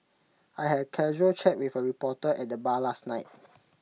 I had casual chat with A reporter at the bar last night